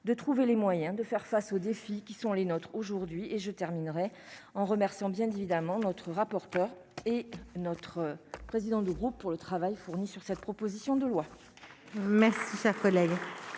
de trouver les moyens de faire face aux défis qui sont les nôtres aujourd'hui et je terminerai en remercions bien évidemment notre rapporteur et notre président de groupe pour le travail fourni sur cette proposition de loi. Mais si sa collègue,